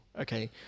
Okay